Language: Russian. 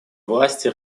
власти